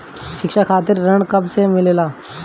शिक्षा खातिर ऋण कब से मिलेला?